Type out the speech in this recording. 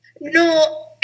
No